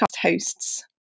hosts